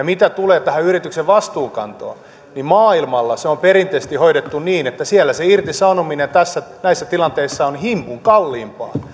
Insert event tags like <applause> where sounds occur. <unintelligible> mitä tulee tähän yrityksen vastuunkantoon niin maailmalla se on perinteisesti hoidettu niin että siellä se irtisanominen näissä näissä tilanteissa on himpun kalliimpaa